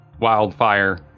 wildfire